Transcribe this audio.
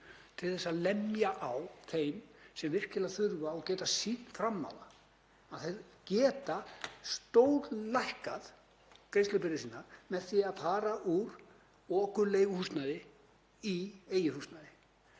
til að lemja á þeim sem virkilega þurfa og geta sýnt fram á það að þeir geta stórlækkað greiðslubyrði sína með því að fara úr okurleiguhúsnæði í eigið húsnæði.